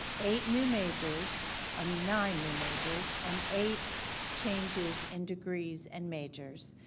eight new majors i mean nine new majors, and eight changes in degrees and majors,